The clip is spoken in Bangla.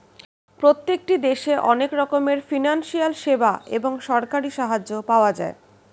প্রত্যেকটি দেশে অনেক রকমের ফিনান্সিয়াল সেবা এবং সরকারি সাহায্য পাওয়া যায়